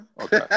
Okay